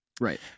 Right